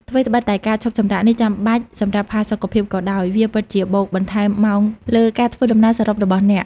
ថ្វីត្បិតតែការឈប់សម្រាកនេះចាំបាច់សម្រាប់ផាសុកភាពក៏ដោយ វាពិតជាបូកបន្ថែមម៉ោងលើការធ្វើដំណើរសរុបរបស់អ្នក។